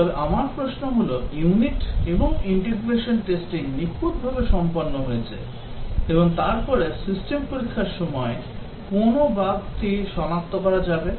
তবে আমার প্রশ্ন হল ইউনিট এবং ইন্টিগ্রেশন টেস্টিং নিখুঁতভাবে সম্পন্ন হয়েছে এবং তারপরে সিস্টেম পরীক্ষার সময় কোন বাগটি সনাক্ত করা যাবে